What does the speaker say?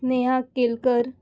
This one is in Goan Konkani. नेहा केलकर